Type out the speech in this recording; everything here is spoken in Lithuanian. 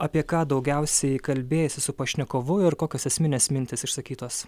apie ką daugiausiai kalbėjaisi su pašnekovu ir kokios esminės mintys išsakytos